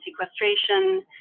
sequestration